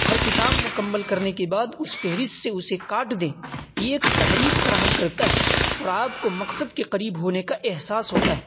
ہر کتاب مکمل کرنے کے بعد اس فہرست سے اس کو کاٹ دیں یہ تحریک فراہم کرتا ہے اور آپ کو مقصد کے قریب ہونے کا احساس ہوتا ہے